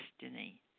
destiny